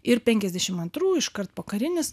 ir penkiasdešimt antrų iškart pokarinis